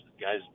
guys